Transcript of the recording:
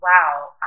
wow